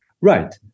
Right